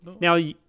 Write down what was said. Now